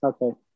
Okay